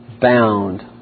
bound